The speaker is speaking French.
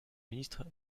ministre